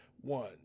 one